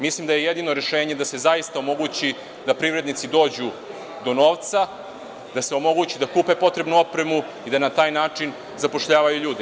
Mislim da je jedino rešenje da se zaista omogući da privrednici dođu do novca, da se omogući da kupe potrebnu opremu i da na taj način zapošljavaju ljude.